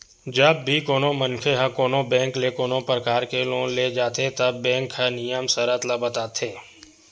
जब भी कोनो मनखे ह कोनो बेंक ले कोनो परकार के लोन ले जाथे त बेंक ह नियम सरत ल बताथे